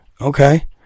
Okay